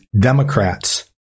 Democrats